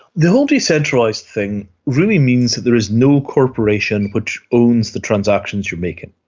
the whole decentralised thing really means that there is no corporation which owns the transactions you are making.